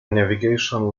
navigation